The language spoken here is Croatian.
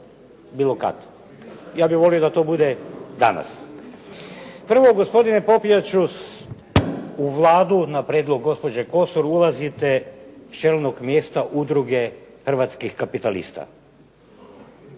bilo kad. Ja bih volio da to bude danas. Prvo, gospodine Popijaču u Vladu na prijedlog gospođe Kosor ulazite s čelnog mjesta Udruge hrvatskih kapitalista.